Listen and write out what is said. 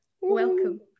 Welcome